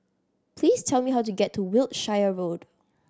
please tell me how to get to Wiltshire Road